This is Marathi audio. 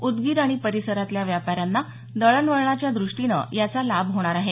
उदगीर आणि परिसरातल्या व्यापाऱ्यांना दळणवळणच्या दृष्टीनं याचा लाभ होणार आहे